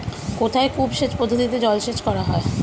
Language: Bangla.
কোথায় কূপ সেচ পদ্ধতিতে জলসেচ করা হয়?